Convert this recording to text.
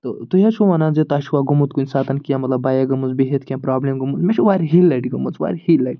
تہٕ تُہۍ حظ چھُو وَنان زِ تۄہہِ چھُوا گوٚومُت کُنہِ ساتہٕ کیٚنٛہہ مطلب بایک گٔمٕژ بِہِتھ کیٚنٛہہ پرٛابلِم گٔمٕژ مےٚ چھُ واریاہہِ لَٹہِ گوٚمُت واریاہہِ لَٹہِ